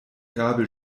gabel